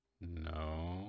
no